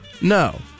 No